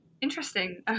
interesting